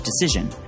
decision